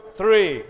three